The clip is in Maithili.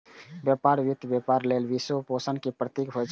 व्यापार वित्त व्यापार लेल वित्तपोषण के प्रतीक होइ छै